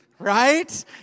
Right